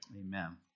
Amen